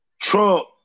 trump